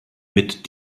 mit